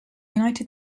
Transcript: united